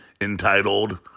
entitled